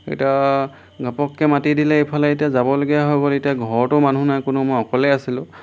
এতিয়া ঘপককৈ মাতি দিলে এইফালে এতিয়া যাবলগীয়া হৈ গ'ল এতিয়া ঘৰতো মানুহ নাই কোনো মই অকলে আছিলোঁ